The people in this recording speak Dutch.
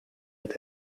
het